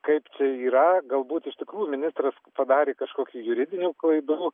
kaip čia yra galbūt iš tikrųjų ministras padarė kažkokių juridinių klaidų